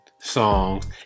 songs